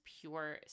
pure